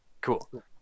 Cool